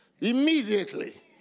immediately